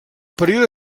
període